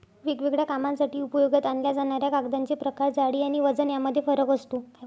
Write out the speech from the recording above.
वेगवेगळ्या कामांसाठी उपयोगात आणल्या जाणाऱ्या कागदांचे प्रकार, जाडी आणि वजन यामध्ये फरक असतो